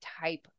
type